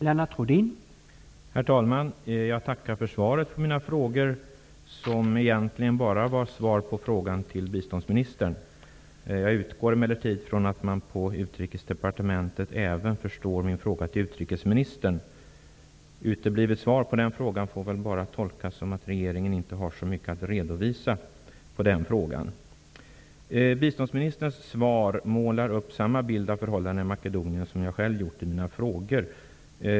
Herr talman! Jag tackar för svaret på mina frågor. Egentligen var det bara svar på frågan till biståndsministern. Jag utgår emellertid från att man på Utrikesdepartementet även förstår min fråga till utrikesministern. Uteblivet svar på den frågan får väl tolkas som att regeringen inte har så mycket att redovisa. Biståndsministerns svar målar upp samma bild av förhållandena i Makedonien som jag själv har gjort i mina frågor.